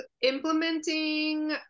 implementing